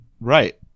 right